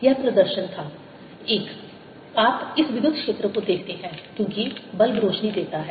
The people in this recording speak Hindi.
यह प्रदर्शन था 1 आप इस विद्युत क्षेत्र को देखते हैं क्योंकि बल्ब रोशनी देता है